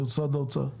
ממשרד האוצר?